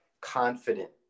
confident